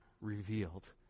revealed